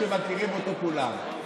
שמכירים אותו כולם.